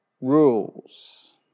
rules